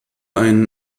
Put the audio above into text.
einen